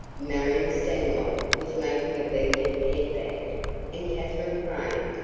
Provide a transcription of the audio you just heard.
marion stanlock was making a beaded head band and katherine crane,